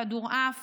כדורעף